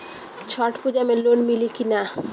छठ पूजा मे लोन मिली की ना?